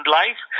life